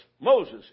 Moses